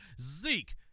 Zeke